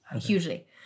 hugely